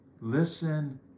Listen